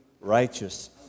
righteous